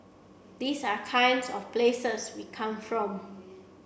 these are kinds of places we come from